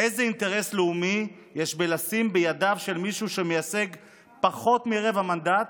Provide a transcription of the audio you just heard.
איזה אינטרס לאומי יש בלשים בידיו של מישהו שמייצג פחות מרבע מנדט